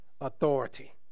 authority